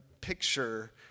picture